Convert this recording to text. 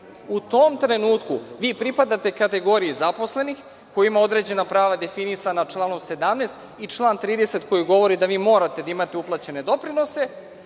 U tom trenutku vi pripadate kategoriji zaposlenih, koji ima određena prava definisana članom 17. i član 30. koji govori da vi morate da imate uplaćene doprinose,